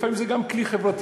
לפעמים זה גם כלי חברתי,